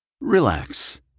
Relax